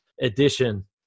edition